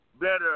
better